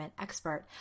expert